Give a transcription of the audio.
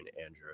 Andrew